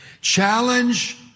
Challenge